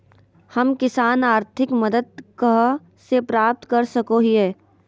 हम किसान आर्थिक मदत कहा से प्राप्त कर सको हियय?